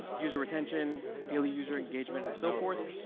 user retention, daily user engagement and so forth.